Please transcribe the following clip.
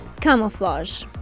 Camouflage